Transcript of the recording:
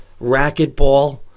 racquetball